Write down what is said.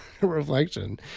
reflection